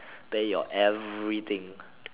pay your everything